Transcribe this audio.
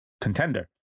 contender